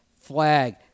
flag